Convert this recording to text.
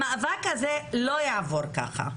המאבק הזה לא יעבור ככה.